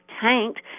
tanked